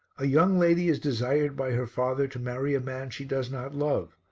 a young lady is desired by her father to marry a man she does not love,